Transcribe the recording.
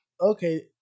okay